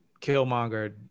killmonger